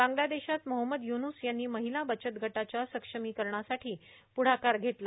बांगलादेशात मोहम्मद य्नूस यांनी महिला बचत गटाच्या सक्षमीकरणासाठी प्ढाकार घेतला